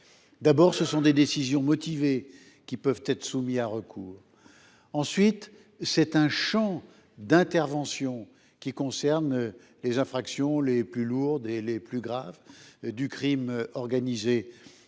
d’abord, ce sont des décisions motivées, qui peuvent être soumises à recours. Ensuite, le champ d’intervention concerne les infractions les plus lourdes et les plus graves, du crime organisé,